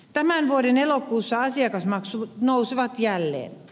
tämän vuoden elokuussa asiakasmaksut nousevat jälleen